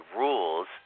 rules